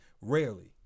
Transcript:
Rarely